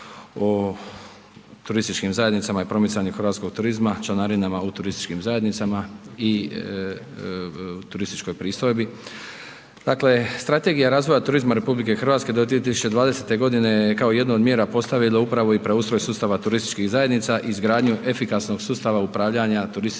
o turističkim zajednicama i promicanju hrvatskog turizma, članarinama u turističkim zajednicama i turističkoj pristojbi. Dakle, strategija razvoja turizma RH do 2020. g. kao jedno od mjera postavimo upravo i preustroj sustava turističkih zajednica i izgradnju efikasnog sustava upravljanja turističkim destinacijama.